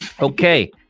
Okay